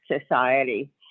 society